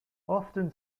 often